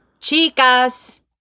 Chicas